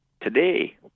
today